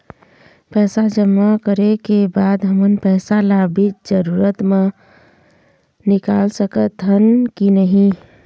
पैसा जमा करे के बाद हमन पैसा ला बीच जरूरत मे निकाल सकत हन की नहीं?